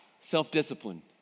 Self-discipline